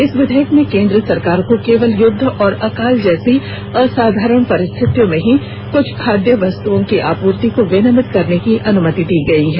इस विधेयक में केन्द्र सरकार को केवल युद्ध और अकाल जैसी असाधारण परिस्थितियों में ही कुछ खाद्य वस्तुओं की आपूर्ति को विनियमित करने की अनुमति दी गई है